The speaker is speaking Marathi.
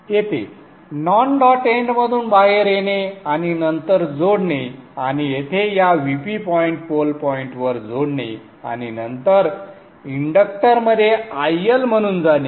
येथे नॉन डॉट एंडमधून बाहेर येणे आणि नंतर जोडणे आणि येथे या Vp पॉइंट पोल पॉइंटवर जोडणे आणि नंतर इंडक्टरमध्ये IL म्हणून जाणे